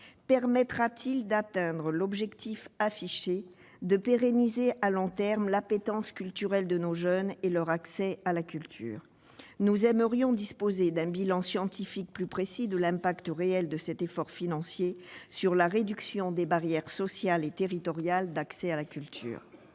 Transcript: Permettra-t-il d'atteindre l'objectif affiché de pérenniser à long terme l'appétence culturelle de nos jeunes et leur accès à la culture ? Nous aimerions disposer d'un bilan scientifique plus précis de l'incidence réelle de cet effort financier sur la réduction des barrières sociales et territoriales d'accès à la culture.